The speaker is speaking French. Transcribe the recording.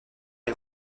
les